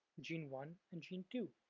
gene one and gene two.